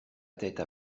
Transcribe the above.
tête